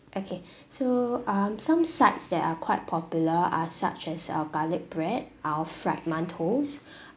okay so um some sides that are quite popular are such as our garlic bread our fried mantous